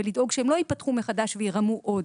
ולדאוג שהן לא ייפתחו מחדש וירמו עוד.